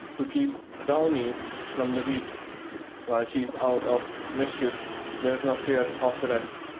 to keep browney from the wheat while she's out of mischief there's no fear of the rest.